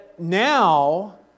Now